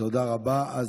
תודה רבה.